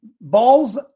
balls